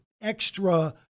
extra